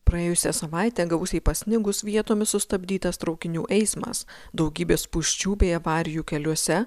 praėjusią savaitę gausiai pasnigus vietomis sustabdytas traukinių eismas daugybė spūsčių bei avarijų keliuose